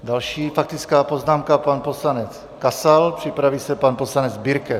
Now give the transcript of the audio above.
Další faktická poznámka pan poslanec Kasal, připraví se pan poslanec Birke.